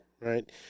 right